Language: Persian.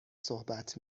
صحبت